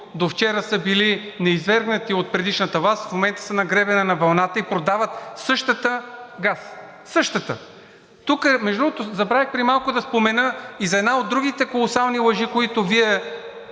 довчера са били низвергнати от предишната власт, в момента са на гребена на вълната и продават същия газ. Същия! Между другото, преди малко забравих да спомена и за една от другите колосални лъжи, които Вие